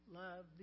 love